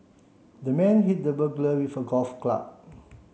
the man hit the burglar with a golf club